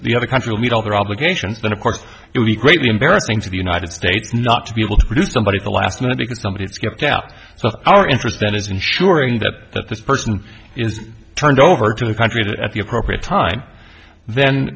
the other country meet all their obligations but of course it would be greatly embarrassing for the united states not to be able to produce somebody the last minute because somebody is going to so our interest then is ensuring that that this person is turned over to the country that at the appropriate time then